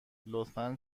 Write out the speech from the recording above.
لطفا